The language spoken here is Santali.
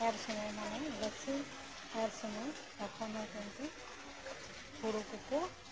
ᱮᱨ ᱥᱩᱢᱟᱹᱭ ᱢᱟᱱᱮ ᱜᱟᱪᱷᱤ ᱮᱨ ᱥᱩᱢᱟᱹᱭ ᱛᱚᱠᱷᱚᱱᱚ ᱠᱤᱱᱛᱩ ᱦᱩᱲᱩ ᱠᱚᱠᱚ